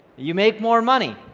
you make more money,